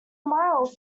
mile